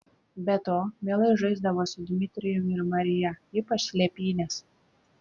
be to mielai žaisdavo su dmitrijumi ir marija ypač slėpynes